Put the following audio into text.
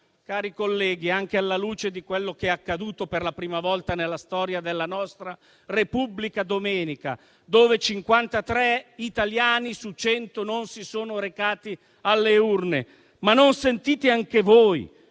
Cari colleghi, anche alla luce di quello che è accaduto domenica per la prima volta nella storia della nostra Repubblica, quando 53 italiani su 100 non si sono recati alle urne, non sentite anche voi